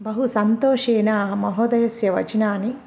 बहु सन्तोषेण महोदयस्य वचनानि